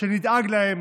כדי שנדאג להם